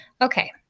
Okay